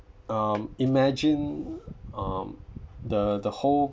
um imagine um the the whole